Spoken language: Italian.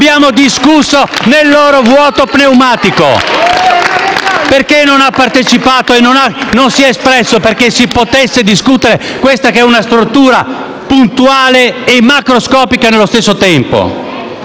Abbiamo discusso nel loro vuoto pneumatico. Perché non ha partecipato e non si è espresso perché si potesse discutere questa che è una stortura puntuale e macroscopica nello stesso tempo?